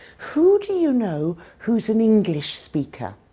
who do you know who's an english speaker?